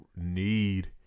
need